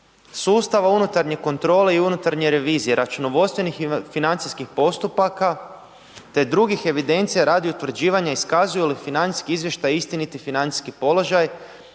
sustav unutarnje kontrole i unutarnje revizije, računovodstvenih i financijskih postupaka, te drugih evidencija radi utvrđivanja iskazuju li financijski izvještaji istiniti financijski položaj